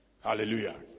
Hallelujah